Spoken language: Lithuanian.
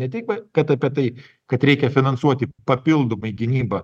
ne tik kad apie tai kad reikia finansuoti papildomai gynybą